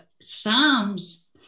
Psalms